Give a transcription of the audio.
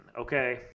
okay